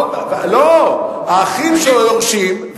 האחים שלו יורשים,